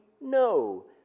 no